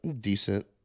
decent